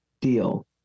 Deal